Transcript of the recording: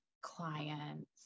clients